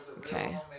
Okay